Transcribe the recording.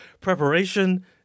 preparation